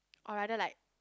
or rather like